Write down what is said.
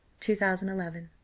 2011